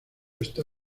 está